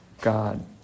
God